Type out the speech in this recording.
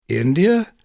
India